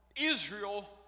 israel